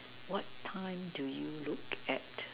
what time do you look at